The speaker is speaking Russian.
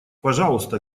пожалуйста